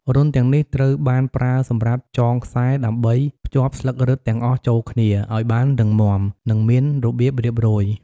រន្ធទាំងនេះត្រូវបានប្រើសម្រាប់ចងខ្សែដើម្បីភ្ជាប់ស្លឹករឹតទាំងអស់ចូលគ្នាឱ្យបានរឹងមាំ និងមានរបៀបរៀបរយ។